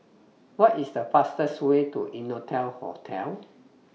What IS The fastest Way to Innotel Hotel